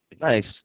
Nice